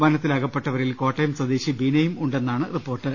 വനത്തിൽ അകപ്പെട്ടവരിൽ കോട്ടയം സ്വദേശി ബീനയും ഉണ്ടെന്നാണ് റിപ്പോർട്ട്